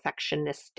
perfectionistic